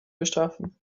beschaffen